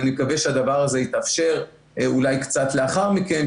ואני מקווה שהדבר הזה יתאפשר אולי קצת לאחר מכן,